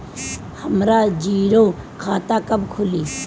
हमरा जीरो खाता कब खुली?